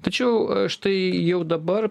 tačiau štai jau dabar